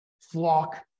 flock